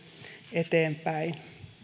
eteenpäin